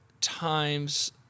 times